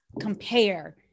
compare